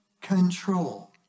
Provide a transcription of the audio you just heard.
control